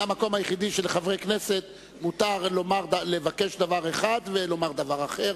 זה המקום היחיד שלחברי הכנסת מותר לבקש דבר אחד ולומר דבר אחר.